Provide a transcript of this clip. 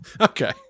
Okay